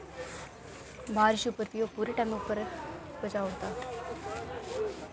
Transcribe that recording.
बारिश उप्पर बी ओह् पूरे टैमे उप्पर पजाउड़ दा